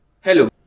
hello